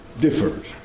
differs